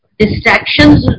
distractions